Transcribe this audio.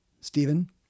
Stephen